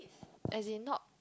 as in not